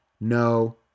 no